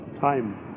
time